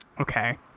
Okay